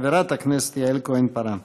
חברת הכנסת יעל כהן-פארן.